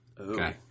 Okay